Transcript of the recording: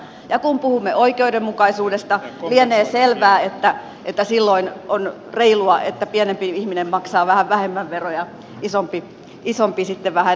ja kun puhumme oikeudenmukaisuudesta lienee selvää että silloin on reilua että pienempi ihminen maksaa vähän vähemmän veroja isompi sitten vähän enemmän